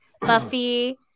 Buffy